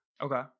Okay